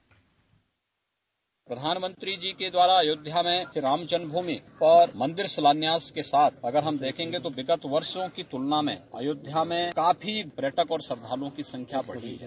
bite प्रधानमंत्री जी के द्वारा अध्योध्या में श्रीराम जन्मभूमि और मंदिर शिलान्यास के साथ अगर हम देखेंगे तो विगत वर्षो की तुलना में अयोध्या में काफी पर्यटन और श्रद्धालुओं की संख्या बढ़ी है